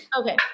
Okay